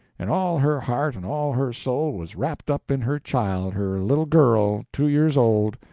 and all her heart and all her soul was wrapped up in her child, her little girl, two years old.